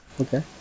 Okay